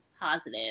positive